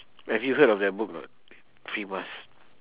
have you heard of that book or not three masks